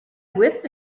with